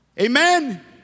Amen